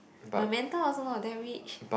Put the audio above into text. my mentor also not that rich